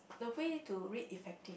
the way to read effective